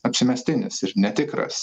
apsimestinis ir netikras